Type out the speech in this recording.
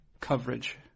coverage